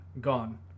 gone